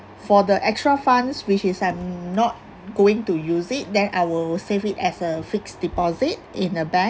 for the extra funds which is I'm not going to use it then I will save it as a fixed deposit in a bank